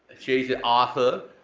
she's an author.